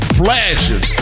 flashes